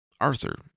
Arthur